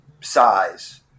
size